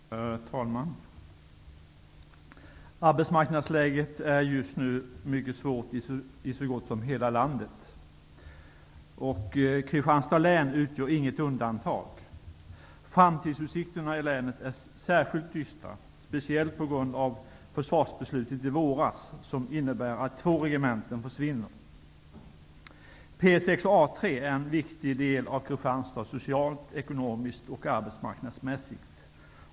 Herr talman! Arbetsmarknadsläget är just nu mycket svårt i så gott som hela landet. Kristianstads län utgör inget undantag. Framtidsutsikterna i länet är särskilt dystra, speciellt på grund av försvarsbeslutet i våras, som innebär att två regementen försvinner.